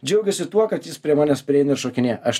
džiaugiasi tuo kad jis prie manęs prieina ir šokinėja aš